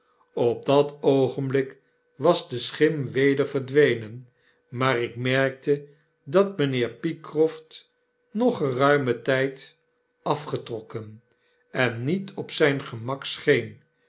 op dat oogenblik was de schim weder verdwenen maar ik merkte dat mgnheer pycroft nog geruimen tyd afgetrokken en niet op zgn gemak